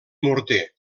morter